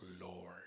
Lord